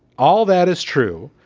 all that is true.